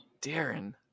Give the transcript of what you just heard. Darren